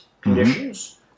conditions